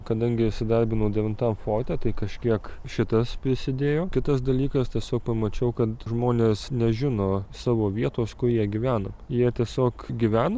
kadangi įsidarbinau devintam forte tai kažkiek šitas prisidėjo kitas dalykas tiesiog pamačiau kad žmonės nežino savo vietos kur jie gyvena jie tiesiog gyvena